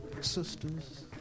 Sisters